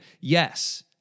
Yes